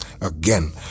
again